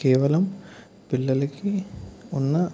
కేవలం పిల్లలకి ఉన్న